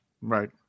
Right